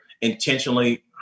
intentionally